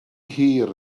hir